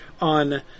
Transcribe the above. on